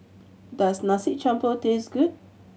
does Nasi Campur taste good